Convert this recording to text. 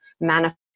manifest